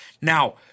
Now